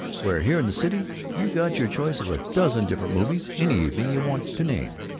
where here in the city you got your choice of a dozen diff'rent movies any evening you want to name!